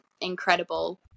incredible